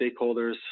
stakeholders